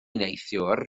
neithiwr